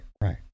right